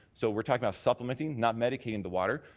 so we're talking about supplementing, not medicating the water,